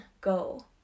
go